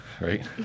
right